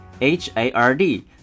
H-A-R-D